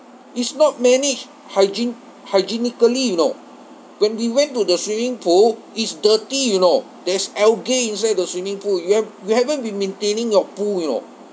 is not managed hygien~ hygienically you know when we went to the swimming pool is dirty you know there's algae inside the swimming pool you have you haven't been maintaining your pool you know